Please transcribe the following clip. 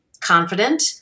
confident